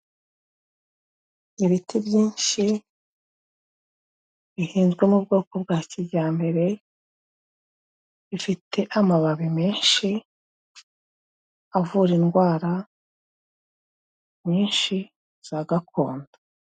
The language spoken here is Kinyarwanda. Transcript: Ibiti byinshi bihinzwe mu bwoko bwa kijyambere, bifite amababi menshi avura indwara nyinshi za gakondo.